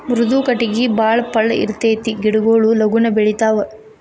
ಮೃದು ಕಟಗಿ ಬಾಳ ಪಳ್ಳ ಇರತತಿ ಗಿಡಗೊಳು ಲಗುನ ಬೆಳಿತಾವ